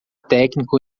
técnico